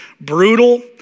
brutal